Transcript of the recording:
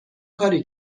کاری